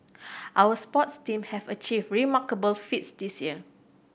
our sports team have achieved remarkable feats this year